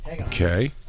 Okay